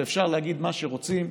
ואפשר להגיד מה שרוצים.